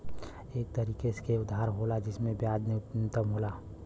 एक तरीके के उधार होला जिम्मे ब्याज न्यूनतम होला